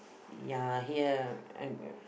ya here